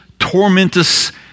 tormentous